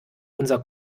unser